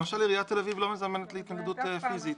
למשל עיריית תל אביב לא מזמנת להתנגדות פיסית.